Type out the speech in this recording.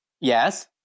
Yes